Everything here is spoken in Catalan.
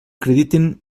acrediten